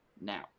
now